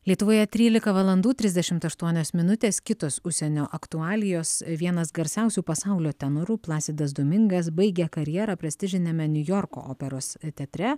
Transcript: lietuvoje trylika valandų trisdešimt aštuonios minutės kitos užsienio aktualijos vienas garsiausių pasaulio tenorų plasidas domingas baigė karjerą prestižiniame niujorko operos teatre